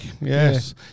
Yes